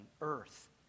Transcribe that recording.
earth